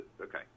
Okay